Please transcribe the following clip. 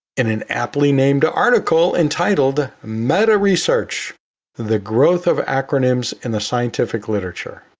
in an aptly named article entitled meta-research the growth of acronyms in the scientific literature.